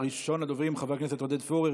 ראשון הדוברים, חבר הכנסת עודד פורר.